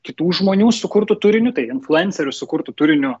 kitų žmonių sukurtu turiniu tai influencerių sukurtu turiniu